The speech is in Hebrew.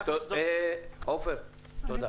יחד עם זאת, --- עופר, תודה.